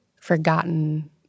forgotten